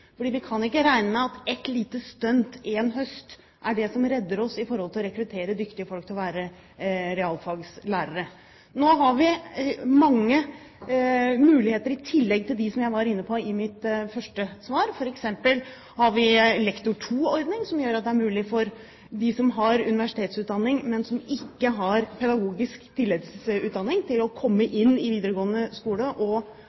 Vi kan ikke regne med at et lite stunt én høst er det som redder oss når vi skal rekruttere dyktige folk til å bli realfagslærere. Nå har vi mange muligheter i tillegg til dem jeg var inne på i mitt første svar, f.eks. har vi lektor II-ordningen, som gjør at det er mulig for dem som har universitetsutdanning, men som ikke har pedagogisk tilleggsutdanning, å komme inn i videregående skole og